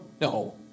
no